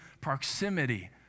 proximity